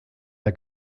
der